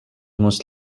most